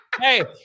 hey